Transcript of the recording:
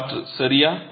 காற்று சரியா